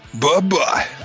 Bye-bye